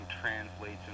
translates